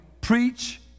preach